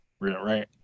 right